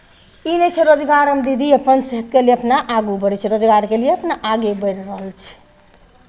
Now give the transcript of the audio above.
ई नहि छै रोजगारमे दीदी अपनसे के लिए अपना आगू बढ़ै छै रोजगारके लिए अपना आगे बढ़ि रहल छै